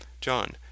John